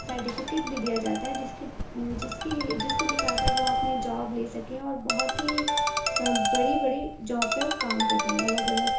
certificate بھی دیا جاتا ہے جس کے جس کے لیے جس کو دکھا کر وہ اپنی جاب لیں سکیں اور بہت ہی بڑی بڑی جاب پہ وہ کام کر رہے ہیں الگ الگ